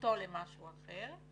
אותו למשהו אחר.